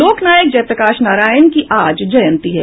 लोकनायक जय प्रकाश नारायण की आज जयंती है